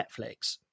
netflix